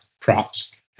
props